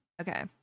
okay